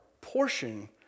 portion